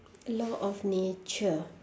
law of nature